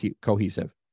cohesive